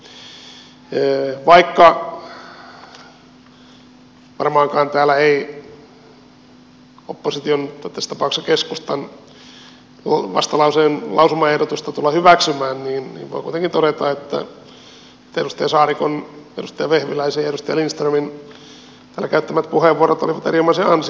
vaikka varmaankaan täällä ei opposition tässä tapauksessa keskustan vastalauseen lausumaehdotusta tulla hyväksymään voi kuitenkin todeta että edustaja saarikon edustaja vehviläisen ja edustaja lindströmin täällä käyttämät puheenvuorot olivat erinomaisen ansiokkaita